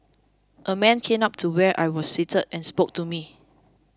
a man came up to where I was seated and spoke to me